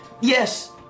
Yes